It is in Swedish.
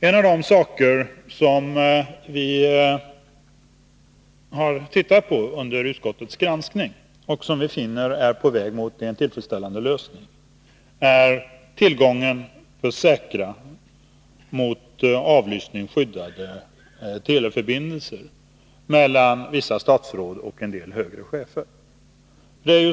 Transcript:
En av de saker som vi under utskottets granskning har tittat på — och där man är på väg att nå en tillfredsställande lösning — är tillgången på säkra, mot avlyssning skyddade teleförbindelser mellan vissa statsråd och en del högre chefer.